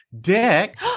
Dick